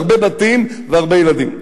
הרבים בתים והרבה ילדים.